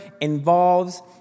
involves